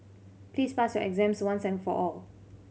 please pass your exams once and for all